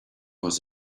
was